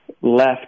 left